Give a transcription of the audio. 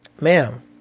ma'am